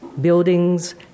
buildings